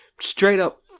straight-up